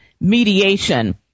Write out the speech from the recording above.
mediation